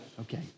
Okay